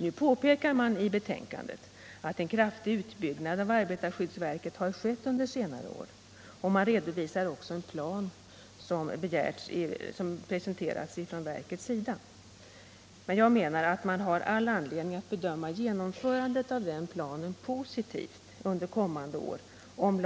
Nu påpekar utskottet i betänkandet att en kraftig utbyggnad av arbetarskyddsverket har skett under senare år, och utskottet redovisar en plan som presenterats från verkets sida. Jag menar att man har all anledning att bedöma genomförandet av den planen positivt under kommande år, om